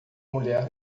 mulher